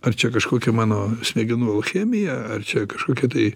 ar čia kažkokia mano smegenų chemija ar čia kažkokia tai